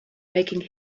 making